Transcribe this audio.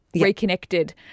reconnected